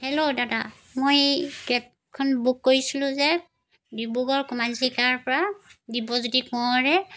hello দাদা মই এই কেবখন বুক কৰিছিলোঁ যে ডিব্ৰুগড় কমানচিকাৰ পৰা দিব্যজ্যোতি কোঁৱৰে